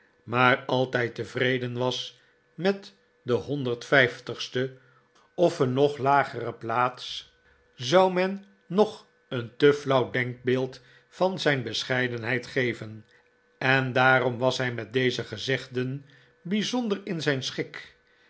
maar altijd tevreden was met de honderdvijftigste of een nog lagere plaats zou men nog een te flauw denkbeeld van zijn bescheidenheid geven en daarom was hii met deze gezegden bijzonder in zijn schik